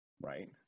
right